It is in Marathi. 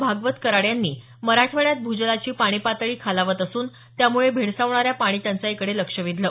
भागवत कराड यांनी मराठवाड्यात भूजलाची पाणी पातळी खालावत असून त्यामुळे भेडसावणाऱ्या पाणी टंचाईकडे लक्ष वेधलं